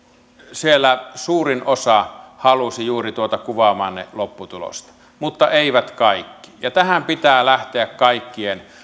siellä suurin osa halusi juuri tuota kuvaamaanne lopputulosta mutta eivät kaikki ja tähän pitää lähteä kaikkien